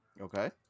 Okay